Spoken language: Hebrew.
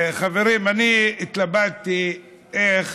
חברים, אני התלבטתי איך